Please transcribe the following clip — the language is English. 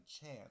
chance